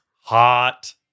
Hot